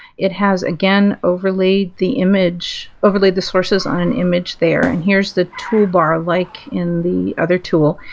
it has, again, overlaid the image, overlaid the sources on an image there, and here's the toolbar like in the other tool.